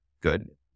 good